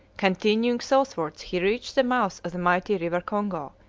continuing southwards he reached the mouth of the mighty river congo,